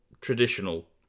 traditional